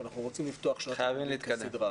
כי אנחנו רוצים לפתוח שנת לימודים כסדרה,